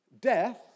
Death